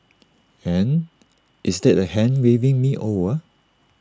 and is that A hand waving me over